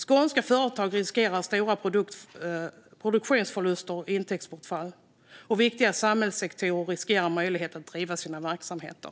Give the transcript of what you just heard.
Skånska företag riskerar stora produktionsförluster och intäktsbortfall, och viktiga samhällssektorer riskerar att förlora sina möjligheter att driva sina verksamheter.